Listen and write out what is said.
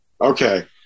okay